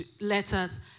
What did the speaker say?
letters